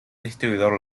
distribuidor